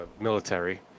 military